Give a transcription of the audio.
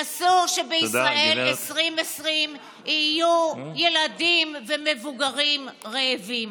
אסור שבישראל 2020 יהיו ילדים ומבוגרים רעבים.